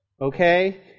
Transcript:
Okay